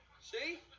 See